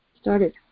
started